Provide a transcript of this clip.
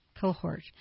cohort